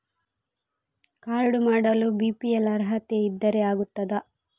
Card ಮಾಡಲು BPL ಅರ್ಹತೆ ಇದ್ದರೆ ಆಗುತ್ತದ?